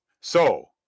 So